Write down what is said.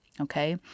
okay